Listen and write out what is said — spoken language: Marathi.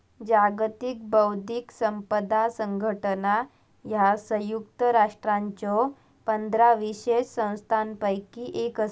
जागतिक बौद्धिक संपदा संघटना ह्या संयुक्त राष्ट्रांच्यो पंधरा विशेष संस्थांपैकी एक असा